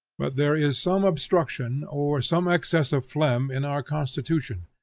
but there is some obstruction or some excess of phlegm in our constitution,